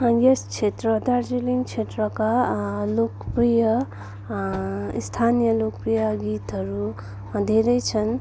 यस क्षेत्र दार्जिलिङ क्षेत्रका लोकप्रिय स्थानीय लोकप्रिय गीतहरू धेरै छन्